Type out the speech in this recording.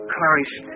Clarice